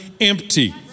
empty